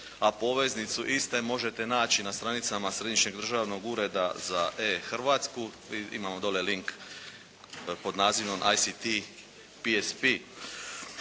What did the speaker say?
a poveznicu iste možete naći na stranicama Središnjeg državnog ureda za e-Hrvatsku, imamo dole link pod nazivom ICT PSP.